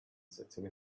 sitting